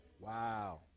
Wow